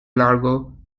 largo